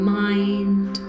mind